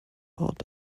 ort